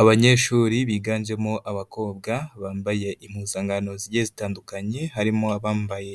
Abanyeshuri biganjemo abakobwa bambaye impuzankano zigiye zitandukanye. Harimo abambaye